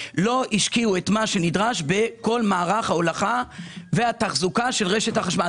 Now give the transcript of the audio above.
לא השקיעו את מה שנדרש בכל מערך ההולכה והתחזוקה של רשת החשמל.